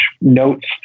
notes